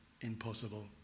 impossible